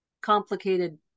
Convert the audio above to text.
complicated